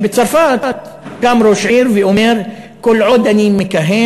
שבצרפת קם ראש עיר ואומר: כל עוד אני מכהן,